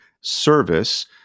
service